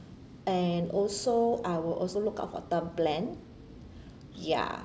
and also I will also look out for term plan ya